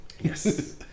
Yes